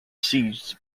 seized